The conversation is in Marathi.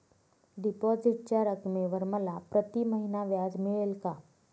डिपॉझिटच्या रकमेवर मला प्रतिमहिना व्याज मिळेल का?